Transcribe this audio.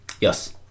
Yes